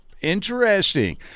Interesting